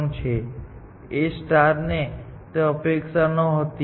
પણ A ને તેની અપેક્ષા નહોતી